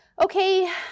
Okay